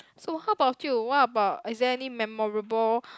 so how about you what about is there any memorable